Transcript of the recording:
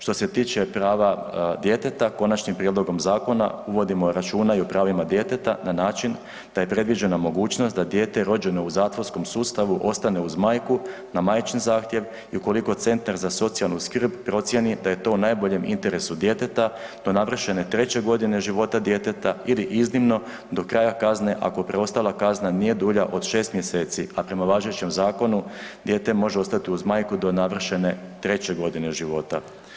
Što se tiče prava djeteta konačnim prijedlogom zakona uvodimo računa i o pravima djeteta na način da je predviđena mogućnost da dijete rođeno u zatvorskom sustavu ostane uz majku na majčin zahtjev i ukoliko centar za socijalnu skrb procijeni da je to u najboljem interesu djeteta do navršene 3 godine života djeteta ili iznimno do kraja kazne ako preostala kazna nije dulja od 6 mjeseci, a prema važećem zakonu dijete može ostati uz majku do navršene 3. godine života.